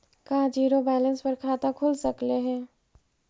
का zero balance पर खाता खुल सकले हे?